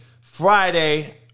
Friday